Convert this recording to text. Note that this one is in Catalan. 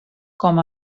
com